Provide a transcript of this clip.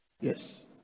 Yes